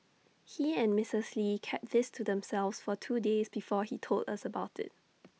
he and Mrs lee kept this to themselves for two days before he told us about IT